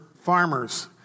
farmers